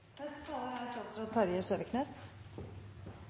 Neste talar er